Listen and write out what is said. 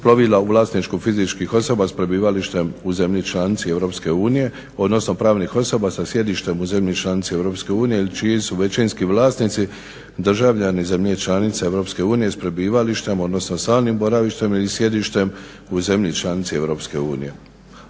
plovila u vlasništvu fizičkih osoba s prebivalištem u zemlji članici EU, odnosno pravnih osoba sa sjedištem u zemlji članici EU ili čiji su većinski vlasnici državljani zemlje članice EU s prebivalištem, odnosno stalnim boravištem ili sjedištem u zemlji članici EU.